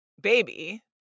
baby